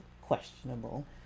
questionable